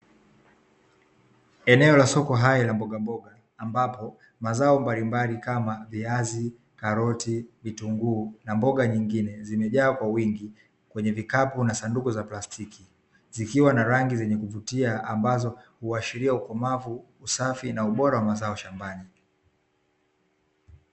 Eneo la soko hai la mbogamboga, ambapo mazao mbalimbali kama: viazi, karoti, vitunguu na mboga nyingine zimejaa kwa wingi kwenye vikapu na sanduku za plastiki, zikiwa na rangi zinazovutia ambazo huashiria ukomavu, usafi na ubora wa mazao shambani.